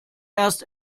erst